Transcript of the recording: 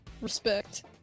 Respect